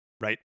Right